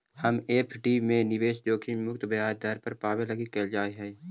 हम एफ.डी में निवेश जोखिम मुक्त ब्याज दर पाबे लागी कयलीअई हल